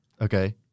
Okay